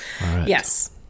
Yes